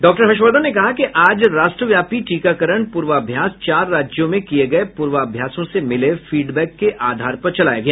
doctor Harshvardhan ने कहा कि आज राष्ट्रव्यापी टीकाकरण प्रर्वाभ्यास चार राज्यों में किए गए पूर्वाभ्यासों से मिले फीडबैक के आधार पर चलाया गया